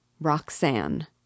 Roxanne